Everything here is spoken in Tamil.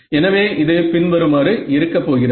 எனவே இது பின்வருமாறு இருக்கப்போகிறது